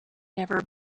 never